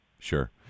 Sure